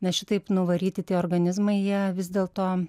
nes šitaip nuvaryti tie organizmai jie vis dėlto